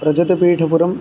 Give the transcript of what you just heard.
रजतपीठपुरम्